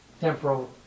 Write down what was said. temporal